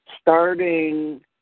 starting